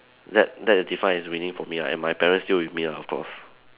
that that is defined as winning for me lah and my parents still with me lah of course